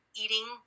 eating